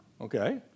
okay